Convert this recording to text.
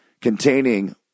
containing